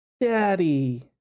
daddy